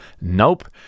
nope